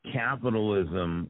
capitalism